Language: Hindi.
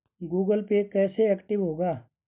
गूगल पे कैसे एक्टिव होगा?